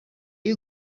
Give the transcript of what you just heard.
you